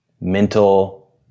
mental